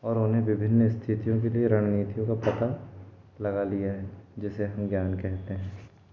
और उन्हें विभिन्न स्थितियों के लिए रणनीतियों का पता लगा लिया है जिसे हम ज्ञान केहते हैं